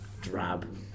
drab